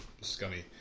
scummy